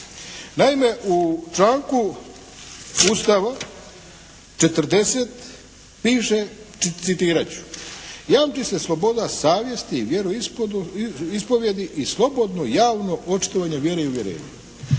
Naime, u članku Ustava 40. piše citirat ću: “Jamči se sloboda savjesti i vjeroispovijedi i slobodno javno očitovanje vjere i uvjerenja.“